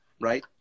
right